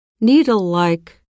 needle-like